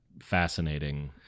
fascinating